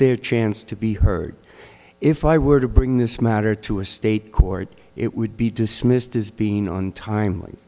their chance to be heard if i were to bring this matter to a state court it would be dismissed as being on